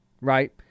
right